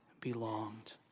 belonged